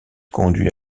conduit